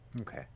okay